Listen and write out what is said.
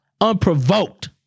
Unprovoked